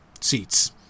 seats